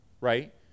right